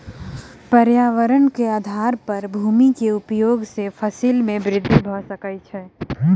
पर्यावरणक आधार पर भूमि के उपयोग सॅ फसिल में वृद्धि भ सकै छै